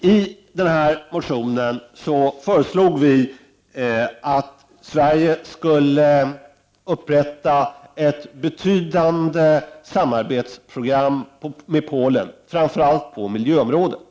I den här motionen föreslog vi att Sverige skulle upprätta ett betydande samarbetsprogram med Polen, framför allt på miljöområdet.